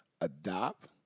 adopt